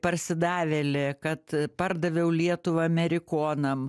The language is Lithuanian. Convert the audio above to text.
parsidavėlė kad pardaviau lietuvą amerikonam